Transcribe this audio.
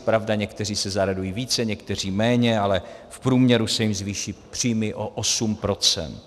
Pravda, někteří se zaradují více, někteří méně, ale v průměru se jim zvýší příjmy o 8 %.